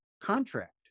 contract